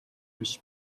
биш